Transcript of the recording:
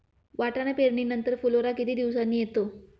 वाटाणा पेरणी नंतर फुलोरा किती दिवसांनी येतो?